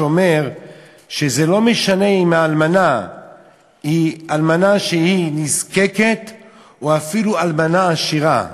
שאומר שזה לא משנה אם האלמנה היא אלמנה שנזקקת או אפילו אלמנה עשירה,